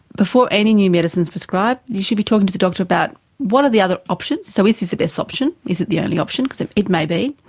before any new medicine is prescribed, you should be talking to the doctor about what are the other options? so is this the best option? is it the only option? because it it may be.